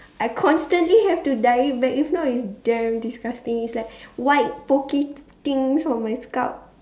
I constantly have to dye it back if not it's damn disgusting it's like white pokey things on my scalp